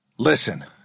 Listen